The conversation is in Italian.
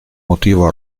motivo